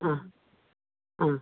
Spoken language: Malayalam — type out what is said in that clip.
ആ ആ